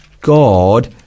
God